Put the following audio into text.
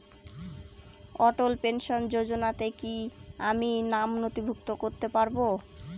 অটল pension যোজনাতে কি আমি নাম নথিভুক্ত করতে পারবো?